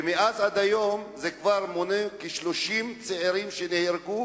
ומאז עד היום זה כבר כ-30 צעירים שנהרגו